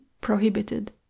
Prohibited